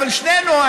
אבל שנינו,